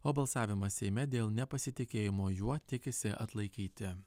o balsavimą seime dėl nepasitikėjimo juo tikisi atlaikyti